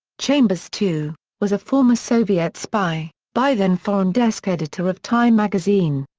chambers, too, was a former soviet spy, by then foreign desk editor of time magazine.